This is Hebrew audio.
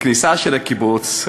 בכניסה של הקיבוץ,